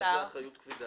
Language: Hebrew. מה זה אחריות קפידה?